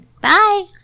Bye